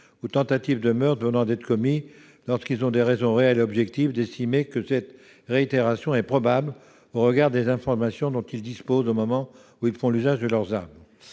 ou tentatives de meurtre venant d'être commis, lorsqu'ils ont des raisons réelles et objectives d'estimer que cette réitération est probable au regard des informations dont ils disposent au moment où ils font usage de leurs armes